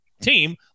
team